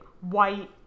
white